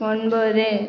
ஒன்பது